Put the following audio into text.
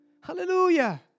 Hallelujah